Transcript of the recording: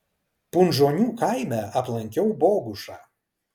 punžonių kaime aplankiau bogušą